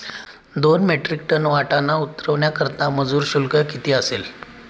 दोन metric ton वाटाणा उतरवण्याकरता मजूर शुल्क किती असेल?